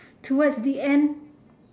towards the end